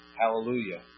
Hallelujah